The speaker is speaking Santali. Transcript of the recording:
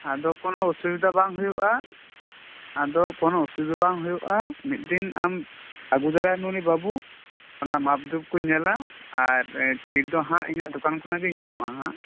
ᱟᱫᱚ ᱠᱚᱱᱚ ᱚᱥᱩᱵᱤᱫᱷᱟ ᱵᱟᱝ ᱦᱩᱭᱩᱜ ᱟ ᱟᱫᱚ ᱠᱚᱱᱚ ᱚᱥᱩᱵᱤᱫᱷᱟ ᱵᱟᱝ ᱦᱩᱭᱩᱜ ᱟ ᱢᱤᱫ ᱫᱤᱱ ᱟᱢ ᱟ ᱜᱩᱫᱟᱨᱟᱭᱮᱢ ᱩᱱᱤ ᱵᱟ ᱵᱩ ᱚᱱᱟ ᱢᱟᱯ ᱡᱳᱠᱷ ᱠᱚᱧ ᱧᱮᱞᱟ ᱟᱨ ᱪᱷᱤᱴᱫᱚ ᱦᱟᱸᱜ ᱤᱧᱟᱹᱜ ᱫᱚᱠᱟᱱ ᱠᱷᱚᱱᱟᱜ ᱜᱮᱧ ᱮᱢᱚᱜ ᱟ ᱦᱟᱸᱜ